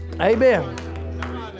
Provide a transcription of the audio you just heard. Amen